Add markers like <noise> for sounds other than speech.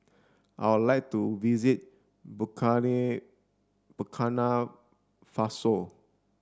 I would like to visit <unintelligible> Burkina Faso